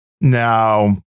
Now